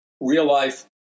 real-life